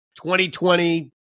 2020